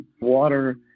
water